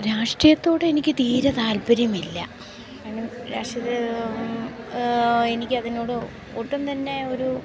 രാഷ്ട്രീയത്തോടെ എനിക്ക് തീരെ താൽപര്യമില്ല രാഷ്ട്രീയത്ത് എനിക്ക് അതിനോട് ഒട്ടും തന്നെ ഒരു